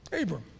Abram